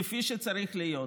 כפי שצריך להיות.